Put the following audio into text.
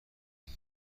مگه